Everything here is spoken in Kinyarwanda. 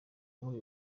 muri